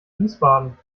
wiesbaden